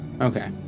Okay